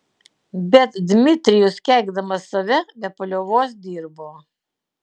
bet dmitrijus keikdamas save be paliovos dirbo